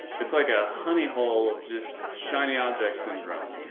it's like a honey hole of just shiny object syndrome,